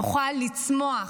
נוכל לצמוח,